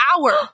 hour